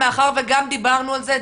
מאחר שגם דיברנו על זה,